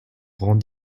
rang